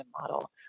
model